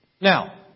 Now